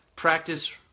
Practice